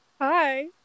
Hi